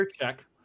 check